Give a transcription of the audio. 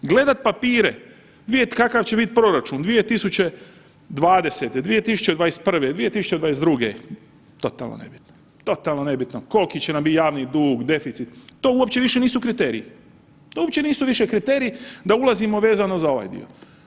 Gledat papire, vidjet kakav će bit proračun 2020., 2021., 2022., totalno nebitno, totalno nebitno, kolki će nam bit javni dug, deficit, to uopće više nisu kriteriji, to uopće više nisu kriteriji da ulazimo vezano za ovaj dio.